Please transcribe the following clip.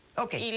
okay,